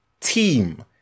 team